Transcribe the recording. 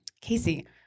Casey